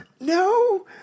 No